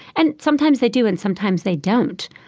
and sometimes they do, and sometimes they don't,